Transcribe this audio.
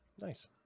Nice